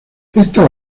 estas